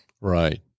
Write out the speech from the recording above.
right